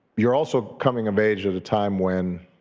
you're also coming of age at a time when